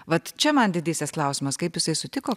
vat čia man didysis klausimas kaip jisai sutiko